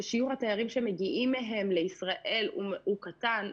שיעור התיירים שמגיעים מהן לישראל הוא קטן.